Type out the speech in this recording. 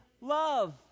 love